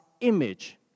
image